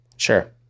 Sure